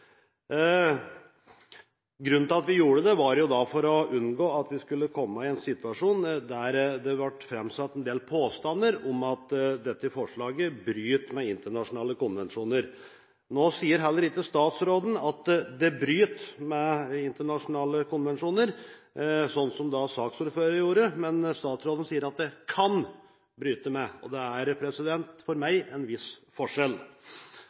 Grunnen til at vi gjorde det, var for å unngå at vi skulle komme i en situasjon der det ble framsatt en del påstander om at dette forslaget bryter med internasjonale konvensjoner. Nå sier heller ikke statsråden at det bryter med internasjonale konvensjoner, slik saksordføreren sa, men statsråden sier at det kan bryte med dem. Og det er for meg en viss forskjell.